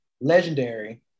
Legendary